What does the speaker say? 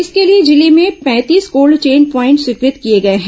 इसके लिए जिले में पैंतीस कोल्ड चेन प्वॉइंट स्वीकृत किए गए हैं